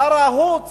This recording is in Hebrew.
שר החוץ